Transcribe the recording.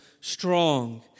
strong